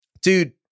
dude